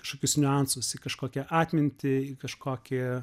kažkokius niuansusį kažkokią atmintį kažkokį